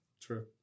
True